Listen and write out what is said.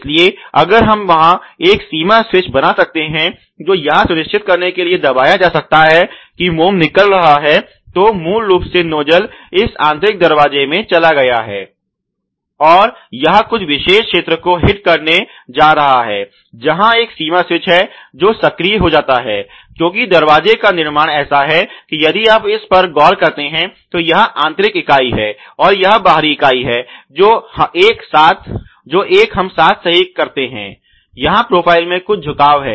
इसलिए अगर हम वहां एक सीमा स्विच बना सकते हैं जो यह सुनिश्चित करने के लिए दबाया जा सकता है कि मोम निकल रहा है तो मूल रूप से नोजल इस आंतरिक दरवाजे में चला गया है और यह कुछ विशेष क्षेत्र को हिट करने जा रहा है जहां एक सीमा स्विच है जो सक्रिय हो जाता है क्योंकि दरवाजे का निर्माण ऐसा है कि यदि आप इस पर गौर करते हैं तो यह आंतरिक इकाई है और यह बाहरी इकाई है जो एक हम साथ सही करते हैं यहाँ प्रोफ़ाइल में कुछ झुकाव है